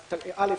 יש בסעיף (א)